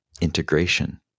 integration